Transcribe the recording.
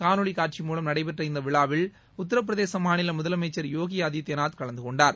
காணொளி காட்சி மூலம் நடைபெற்ற இந்த விழாவில் உத்தர பிரதேச மாநில முதலமைச்சர் யோகி ஆதித்யநாத் கலந்து கொண்டார்